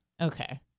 Okay